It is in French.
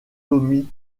tommy